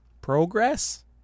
Progress